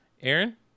Aaron